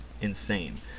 insane